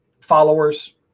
followers